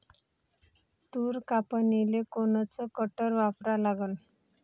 तूर कापनीले कोनचं कटर वापरा लागन?